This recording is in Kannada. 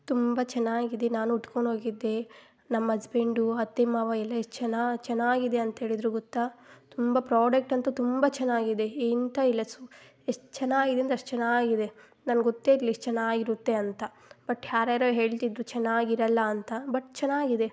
ತುಂಬ ಚೆನ್ನಾಗಿದೆ ನಾನೂ ಉಟ್ಕೊಂಡೋಗಿದ್ದೆ ನಮ್ಮ ಹಸ್ಬೆಂಡು ಅತ್ತೆ ಮಾವ ಎಲ್ಲ ಎಷ್ಟು ಚೆನ್ನಾ ಚೆನ್ನಾಗಿದೆ ಅಂತ ಹೇಳಿದರು ಗೊತ್ತ ತುಂಬ ಪ್ರೊಡಕ್ಟ್ ಅಂತು ತುಂಬ ಚೆನ್ನಾಗಿದೆ ಇಂತ ಇಲ್ಲ ಸು ಎಷ್ಟು ಚೆನ್ನಾಗಿದೆ ಅಂದರೆ ಅಷ್ಟು ಚೆನ್ನಾಗಿದೆ ನಂಗೆ ಗೊತ್ತೆ ಇರಲಿಲ್ಲ ಇಷ್ಟು ಚೆನ್ನಾಗಿರುತ್ತೆ ಅಂತ ಬಟ್ ಯಾರ್ಯಾರೊ ಹೇಳ್ತಿದ್ರು ಚೆನ್ನಾಗಿರೋಲ್ಲ ಅಂತ ಬಟ್ ಚೆನ್ನಾಗಿದೆ